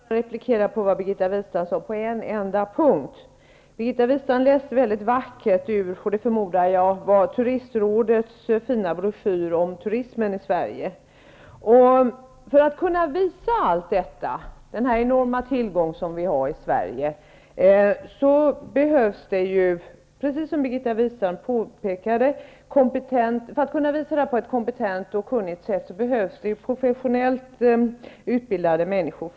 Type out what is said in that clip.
Herr talman! Jag vill bara replikera på vad Birgitta Wistrand sade på en enda punkt. Birgitta Wistrand läste mycket vackert ur vad jag förmodar var För att på ett kompetent och kunnigt sätt kunna visa allt detta, den enorma tillgång vi har i Sverige, behövs, som Birgitta Wistrand påpekade, professionellt utbildade människor.